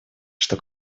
что